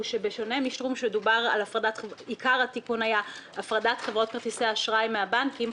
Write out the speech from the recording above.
היא שבשונה משטרום שעיקר התיקון היה הפרדת חברות כרטיסי האשראי מהבנקים,